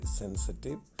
sensitive